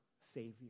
savior